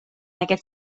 aquest